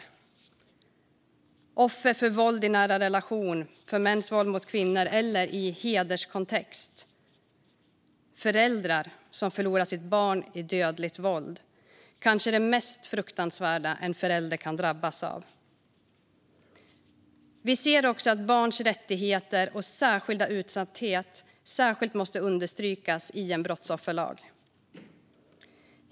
Det är offer för våld i nära relationer, för mäns våld mot kvinnor eller för våld i hederskontext, och det är föräldrar som förlorar sina barn i dödligt våld - kanske det mest fruktansvärda en förälder kan drabbas av. Vi ser också att barns rättigheter och särskilda utsatthet måste understrykas i en brottsofferlag.